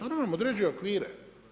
Ona vam određuje okvire.